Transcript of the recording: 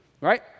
right